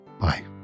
Bye